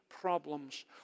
problems